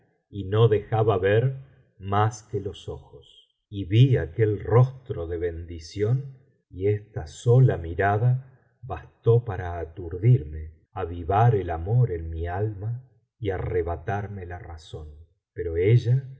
y no dejaba ver mas que los ojos y vi aquel rostro de bendición y esta sola mirada bastó para aturdirme avivar el amor en mi alma y arrebatarme la razón pero ella